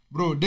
Bro